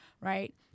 right